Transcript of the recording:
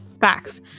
Facts